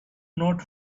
not